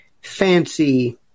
fancy